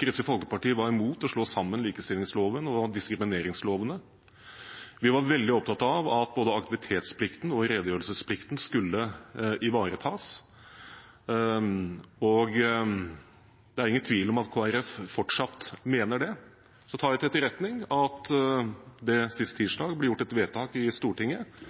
Kristelig Folkeparti var imot å slå sammen likestillingsloven og diskrimineringslovene. Vi var veldig opptatt av at både aktivitetsplikten og redegjørelsesplikten skulle ivaretas, og det er ingen tvil om at Kristelig Folkeparti fortsatt mener det. Så tar jeg til etterretning at det sist tirsdag ble gjort et vedtak i Stortinget